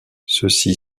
ceci